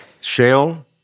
Shale